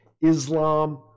Islam